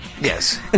Yes